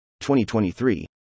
2023